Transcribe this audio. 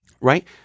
right